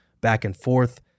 back-and-forth